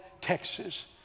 Texas